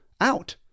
out